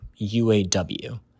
UAW